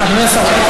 אדוני,